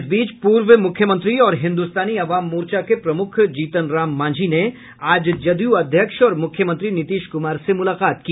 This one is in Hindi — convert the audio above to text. इस बीच पूर्व मुख्यमंत्री और हिन्दुस्तानी अवाम मोर्चा के प्रमुख जीतन राम मांझी ने आज जदयू अध्यक्ष और मुख्यमंत्री नीतीश कुमार से मुलाकात की